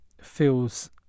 feels